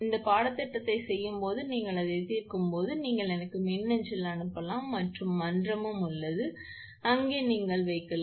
நீங்கள் இந்த பாடத்திட்டத்தை செய்யும்போது நீங்கள் அதை தீர்க்கும்போது நீங்கள் எனக்கு மின்னஞ்சல் அனுப்பலாம் மற்றும் மன்றமும் உள்ளது அங்கே நீங்கள் வைக்கலாம்